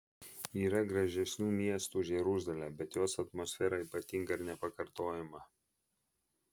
yra gražesnių miestų už jeruzalę bet jos atmosfera ypatinga ir nepakartojama